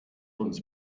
uns